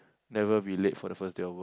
never be late for the first day of work